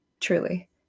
truly